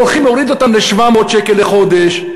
הולכים להוריד אותם ל-700 שקל לחודש,